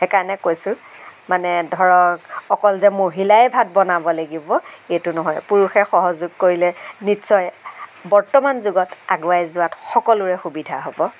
সেইকাৰণে কৈছোঁ মানে ধৰক অকল যে মহিলাই ভাত বনাব লাগিব এইটো নহয় পুৰুষে সহযোগ কৰিলে নিশ্চয় বৰ্তমান যুগত আগুৱাই যোৱাত সকলোৰে সুবিধা হ'ব